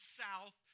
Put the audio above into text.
south